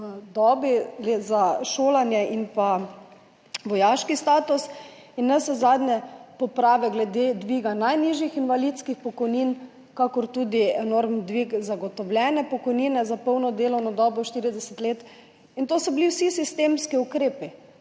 dobo za šolanje in vojaški status in navsezadnje popravek glede dviga najnižjih invalidskih pokojnin, kakor tudi enormni dvig zagotovljene pokojnine za polno delovno dobo 40 let. To so bili vsi sistemski ukrepi.